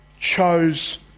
chose